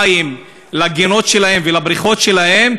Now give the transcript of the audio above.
מים לגינות שלהם ולבריכות שלהם,